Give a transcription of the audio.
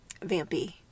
vampy